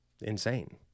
Insane